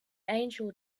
angel